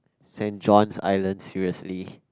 Saint-Johns island seriously